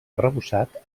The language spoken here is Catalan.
arrebossat